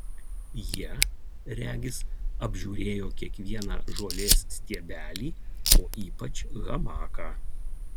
jie regis apžiūrėjo kiekvieną žolės stiebelį o ypač hamaką